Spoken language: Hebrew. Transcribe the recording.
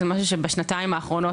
זה משהו שבשנתיים האחרונות,